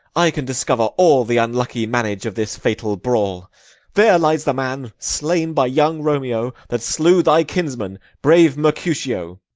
i can discover all the unlucky manage of this fatal brawl there lies the man, slain by young romeo, that slew thy kinsman, brave mercutio.